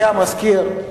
אדוני המזכיר,